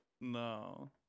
No